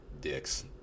dicks